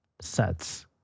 sets